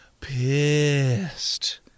pissed